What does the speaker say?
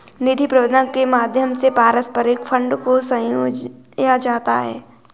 निधि प्रबन्धन के माध्यम से पारस्परिक फंड को संजोया जाता है